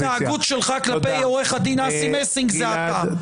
-- בהתנהגות שלך כלפי עו"ד אסי מסינג, זה אתה.